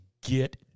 get